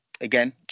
again